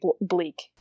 bleak